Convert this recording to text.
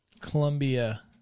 Columbia